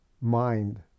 mind